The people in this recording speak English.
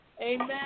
Amen